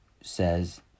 says